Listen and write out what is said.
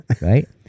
Right